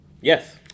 Yes